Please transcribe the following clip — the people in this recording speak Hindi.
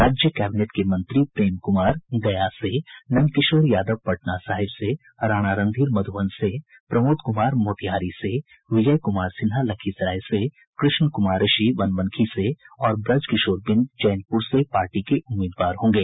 राज्य कैबिनेट के मंत्री प्रेम कुमार गया से नंद किशोर यादव पटना सहिब से राणा रणधीर मधुबन से प्रमोद कुमार मोतिहारी से विजय कुमार सिन्हा लखीसराय से कृष्ण कुमार ऋषि बनमनखी से और ब्रज किशोर बिंद चैनपुर से पार्टी के उम्मीदवार होंगे